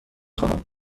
خواهم